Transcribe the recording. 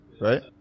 right